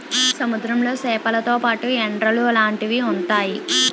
సముద్రంలో సేపలతో పాటు ఎండ్రలు లాంటివి ఉంతాయి